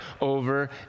over